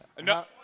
No